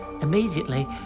Immediately